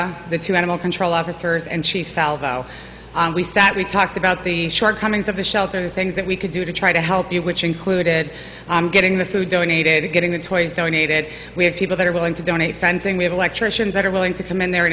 and the two animal control officers and chief elbow we sat we talked about the shortcomings of the shelter the things that we could do to try to help you which included i'm getting the food donated getting the toys donated we have people that are willing to donate fencing we have electricians that are willing to come in there